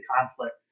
conflict